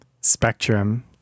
spectrum